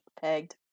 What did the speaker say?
Pegged